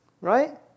right